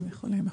הם יכולים.